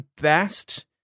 best